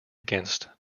against